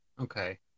Okay